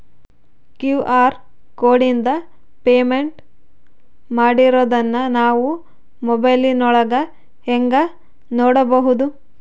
QR ಕೋಡಿಂದ payment ಮಾಡಿರೋದನ್ನ ನಾವು ಮೊಬೈಲಿನೊಳಗ ಹೆಂಗ ನೋಡಬಹುದು?